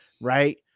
right